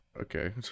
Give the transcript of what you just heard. Okay